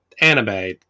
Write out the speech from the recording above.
anime